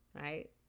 Right